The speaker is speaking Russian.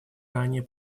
ранее